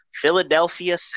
Philadelphia